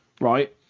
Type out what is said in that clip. Right